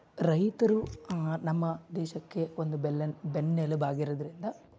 ರೈತರು ನಮ್ಮ ದೇಶಕ್ಕೆ ಒಂದು ಬೆಲ್ಲೆನ್ ಬೆನ್ನೆಲುಬಾಗಿರುವುದ್ರಿಂದ